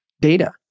data